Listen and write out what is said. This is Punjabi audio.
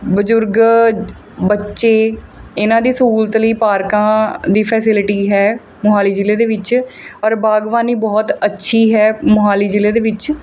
ਬਜ਼ੁਰਗ ਬੱਚੇ ਇਹਨਾਂ ਦੀ ਸਹੂਲਤ ਲਈ ਪਾਰਕਾਂ ਦੀ ਫੈਸੀਲਿਟੀ ਹੈ ਮੋਹਾਲੀ ਜ਼ਿਲ੍ਹੇ ਦੇ ਵਿੱਚ ਔਰ ਬਾਗਵਾਨੀ ਬਹੁਤ ਅੱਛੀ ਹੈ ਮੋਹਾਲੀ ਜ਼ਿਲ੍ਹੇ ਦੇ ਵਿੱਚ